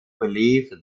believe